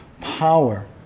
power